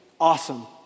Awesome